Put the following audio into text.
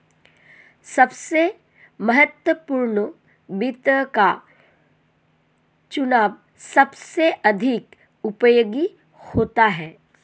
सबसे महत्वपूर्ण वित्त का चुनाव सबसे अधिक उपयोगी होता है